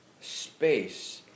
space